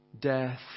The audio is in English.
Death